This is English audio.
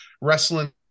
wrestling